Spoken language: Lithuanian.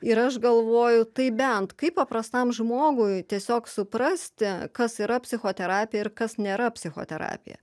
ir aš galvoju tai bent kaip paprastam žmogui tiesiog suprasti kas yra psichoterapija ir kas nėra psichoterapija